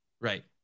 Right